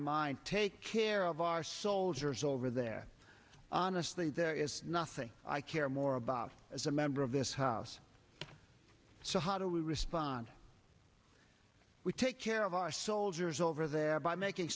to take care of our soldiers over there honestly there is nothing i care more about as a member of this house so how do we respond we take care of our soldiers over there by making